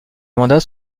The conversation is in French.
mandats